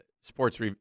sports